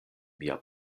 mia